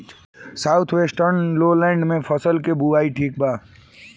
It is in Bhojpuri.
साउथ वेस्टर्न लोलैंड में फसलों की बुवाई ठीक बा?